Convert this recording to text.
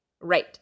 Right